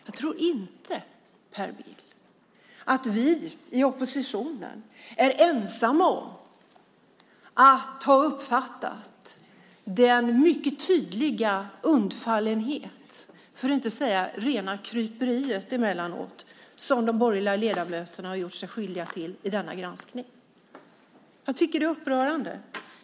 Jag tror inte, Per Bill, att vi i oppositionen är ensamma om att ha uppfattat den mycket tydliga undfallenhet, för att inte säga rena kryperiet emellanåt, som de borgerliga ledamöterna har gjort sig skyldiga till i denna granskning. Jag tycker att det är upprörande.